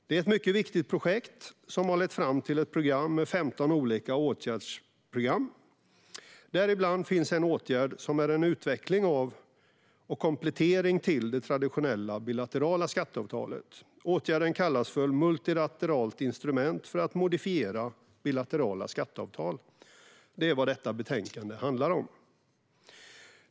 Det är ett mycket viktigt projekt som har lett fram till ett program med 15 olika åtgärdspunkter. Däribland finns en åtgärd som är en utveckling av och komplettering till det traditionella bilaterala skatteavtalet. Åtgärden kallas för Multilateralt instrument för att modifiera bilaterala skatteavtal. Det är vad detta betänkande handlar om.